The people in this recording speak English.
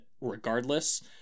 regardless